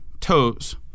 toes